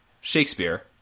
Shakespeare